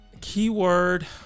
Keyword